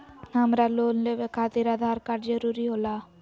हमरा लोन लेवे खातिर आधार कार्ड जरूरी होला?